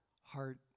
heart